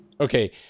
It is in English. Okay